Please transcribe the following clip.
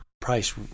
price